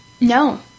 no